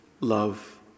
love